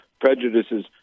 prejudices